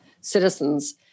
citizens